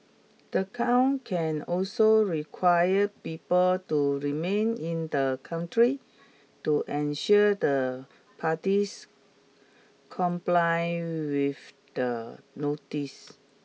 the count can also require people to remain in the country to ensure the parties comply with the notice